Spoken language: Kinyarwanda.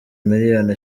miliyoni